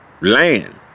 Land